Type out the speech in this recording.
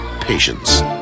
patience